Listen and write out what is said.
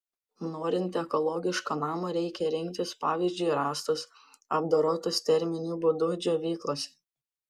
norint ekologiško namo reikia rinktis pavyzdžiui rąstus apdorotus terminiu būdu džiovyklose